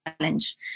challenge